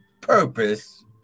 purpose